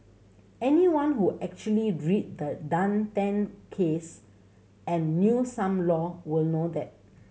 anyone who actually read the Dan Tan case and knew some law will know that